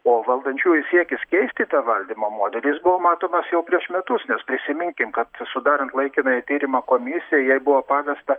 o valdančiųjų siekis keisti tą valdymo modelį jis buvo matomas jau prieš metus nes prisiminkim kad sudarant laikinąją tyrimo komisiją jai buvo pavesta